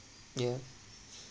yeah